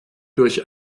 durch